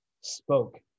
spoke